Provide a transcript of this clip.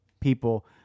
people